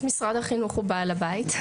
משרד החינוך הוא בעל הבית.